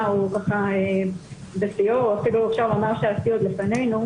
הוא ככה בשיאו או אפילו אפשר לומר שהשיא עוד לפנינו,